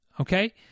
Okay